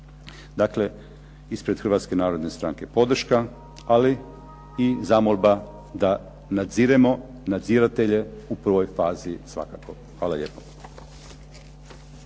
Dakle, ispred Hrvatske narodne stranke podrška, ali i zamolba da nadziremo nadziratelje u prvoj fazi svakako. Hvala lijepo.